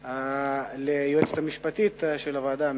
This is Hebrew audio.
ליועצת המשפטית של הוועדה,